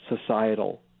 societal